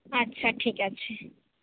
আচ্ছা ঠিক আছে